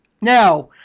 Now